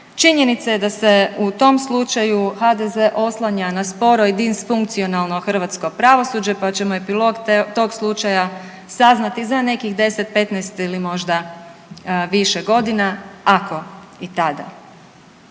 Činjenica je da se u tom slučaju HDZ oslanja na sporo i disfunkcionalno hrvatsko pravosuđe pa ćemo epilog tog slučaja saznati za nekih 10, 15 ili možda više godina, ako i tada.